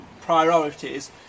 priorities